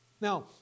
Now